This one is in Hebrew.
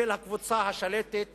של הקבוצה השלטת